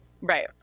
right